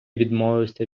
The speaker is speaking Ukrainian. відмовився